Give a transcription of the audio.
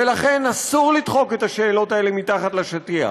לכן אסור לדחוק את השאלות האלה אל מתחת לשטיח.